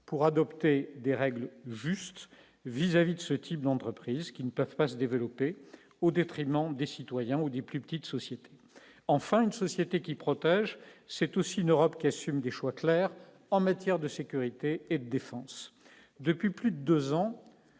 pour adopter des règles justes vis-à-vis de ce type d'entreprises qui ne peuvent pas se développer au détriment des citoyens ou des plus petites sociétés enfin une société qui protège, c'est aussi une Europe qui assume des choix clairs en matière de sécurité et défense depuis plus de 2 ans,